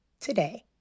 today